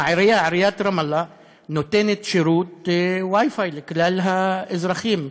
עיריית רמאללה נותנת שירות Wi-Fi לכלל האזרחים.